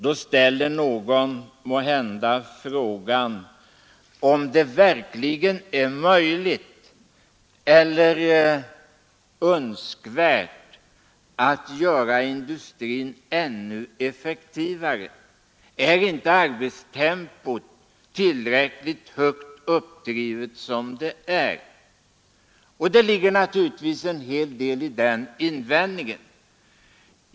Någon ställer måhända frågan: Är det verkligen möjligt eller önskvärt att göra industrin ännu effektivare? Är inte arbetstempot tillräckligt högt uppdrivet som det är? Det ligger naturligtvis en hel del i sådana politiska åtgärder invändningar.